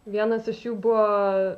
vienas iš jų buvo